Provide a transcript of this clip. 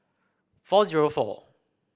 four zero four